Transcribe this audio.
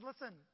listen